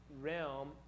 realm